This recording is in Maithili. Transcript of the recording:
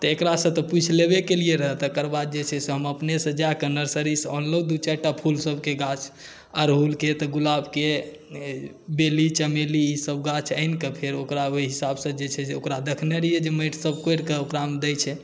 तऽ एकरासँ तऽ पुछि लेबे केलिए रहए तकर बाद जे छै से हम अपनेसँ जाकऽ नर्सरीसँ अनलहुँ दू चारिटा फूलसभके गाछ अरहुलके तऽ गुलाबके बेली चमेली ईसभ गाछ आनिकऽ फेर ओकरा ओहि हिसाबसँ जे छै से ओकरा देखने रहिए जे माटिसभ कोड़िकऽ ओकरामे दै छै